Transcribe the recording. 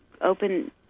open